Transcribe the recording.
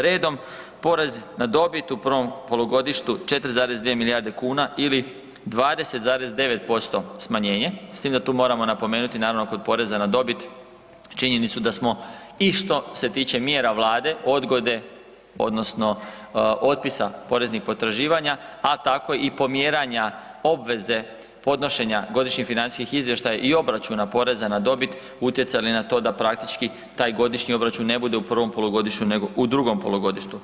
Redom, porez na dobit u prvom polugodištu 4,2 milijarde kuna ili 20,9% smanjenje s tim da tu moramo napomenuti kod poreza na dobit činjenicu da smo i što se tiče mjera Vlade odgode odnosno otpisa poreznih potraživanja, a tako i pomjeranja obveze podnošenja godišnjih financijskih izvještaja i obračuna poreza na dobit, utjecali na to da praktički taj godišnji obračun ne bude u prvom polugodištu nego u drugom polugodištu.